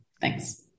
Thanks